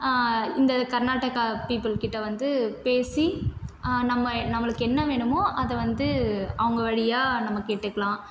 இந்த கர்நாடகா பீப்புள் கிட்ட வந்து பேசி நம்ம நம்மளுக்கு என்ன வேணுமோ அதை வந்து அவங்க வழியாக நம்ம கேட்டுக்கலாம்